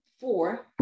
four